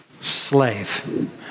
slave